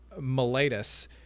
Miletus